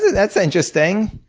that's interesting.